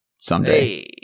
someday